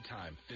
time